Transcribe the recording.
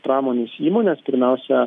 pramonės įmones pirmiausia